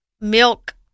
milk